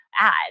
ad